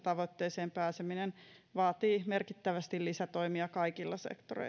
tavoitteeseen pääseminen vaatii merkittävästi lisätoimia kaikilla